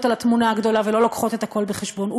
על התמונה הגדולה ולא מביאות את הכול בחשבון,